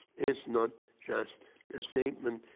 is not just a statement,